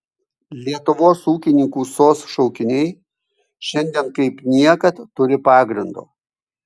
lietuvos ūkininkų sos šaukiniai šiandien kaip niekad turi pagrindo